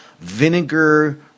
vinegar